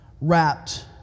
wrapped